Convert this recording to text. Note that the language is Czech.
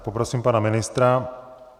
Poprosím pana ministra.